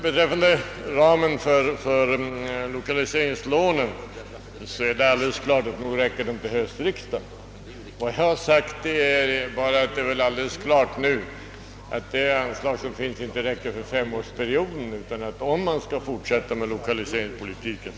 Beträffande ramen för lokaliseringslånen är det alldeles klart att den räcker till höstriksdagen. Jag har bara velat framhålla att det redan nu står fullt klart att det nuvarande anslaget inte räcker för femårsperioden, utan att det bör höjas om man vill fortsätta med lokaliseringspolitiken.